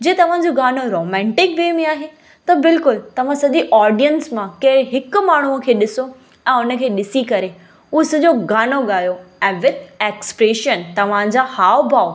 जे तव्हांजो गानो romantic way में आहे त बिल्कुलु तव्हां सॼे ऑडियंस मां कंहिं हिकु माण्हूंअ खे ॾिसो ऐं उनखे ॾिसी करे हो सॼो गानो ॻायो ऐं विथ एक्स्प्रेशन तव्हां जा हाव भावु